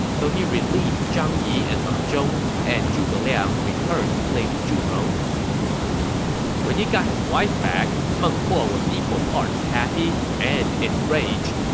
so he released zhang yi and ma zhong, and zhuge liang returned lady zhurong when he got his wife back, meng huo was equal parts happy and enraged,